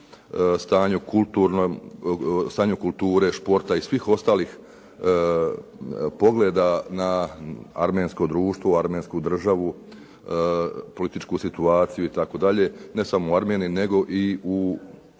stanju kulture, športa i svih ostalih pogleda na armensko društvo Armensku državu, političku situaciji itd. ne samo u Armeniji nego i u